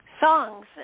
songs